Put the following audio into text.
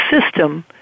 system